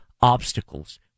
obstacles